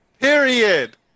Period